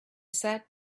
sat